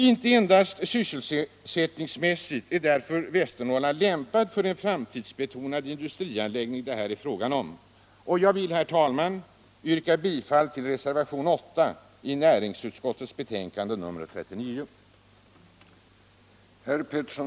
Inte endast sysselsättningsmässigt är därför Västernorrland väl lämpat för en framtidsbetonad industrianläggning sådan som den det här är fråga om.